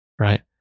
right